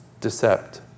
decept